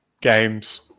games